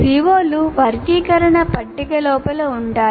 CO లు వర్గీకరణ పట్టిక లోపల ఉంటాయి